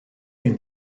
ein